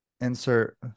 insert